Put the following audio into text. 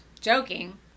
joking